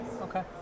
Okay